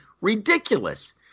ridiculous